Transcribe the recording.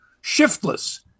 shiftless